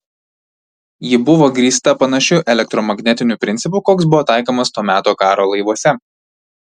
ji buvo grįsta panašiu elektromagnetiniu principu koks buvo taikomas to meto karo laivuose